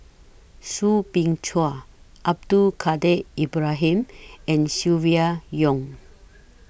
Soo Bin Chua Abdul Kadir Ibrahim and Silvia Yong